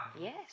Yes